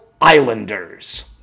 Islanders